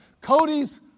Cody's